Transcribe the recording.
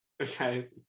okay